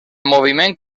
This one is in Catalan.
moviment